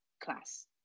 class